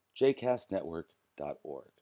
jcastnetwork.org